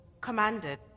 commanded